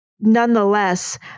nonetheless